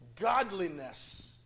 godliness